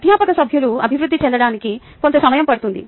అధ్యాపక సభ్యులు అభివృద్ధి చెందడానికి కొంత సమయం పడుతుంది